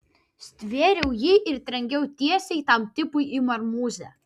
stvėriau jį ir trenkiau tiesiai tam tipui į marmūzę